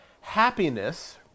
happiness